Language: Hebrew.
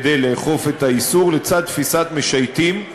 כדי לאכוף את האיסור, לצד תפיסת משייטים,